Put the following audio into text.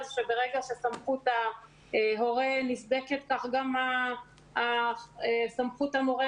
שברגע שסמכות ההורה נסדקת כך גם הסמכות של המורה.